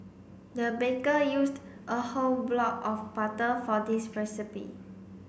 the baker used a whole block of butter for this recipe